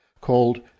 called